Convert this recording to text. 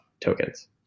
tokens